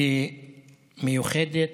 כמיוחדת,